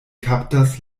kaptas